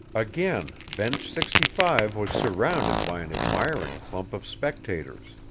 again bench sixty five was surrounded by an admiring clump of spectators.